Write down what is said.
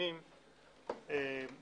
ממני